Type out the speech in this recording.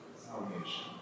salvation